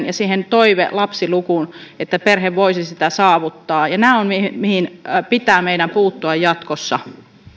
ja siihen toivelapsilukuun että perhe voisi sitä saavuttaa nämä ovat ne mihin meidän pitää puuttua jatkossa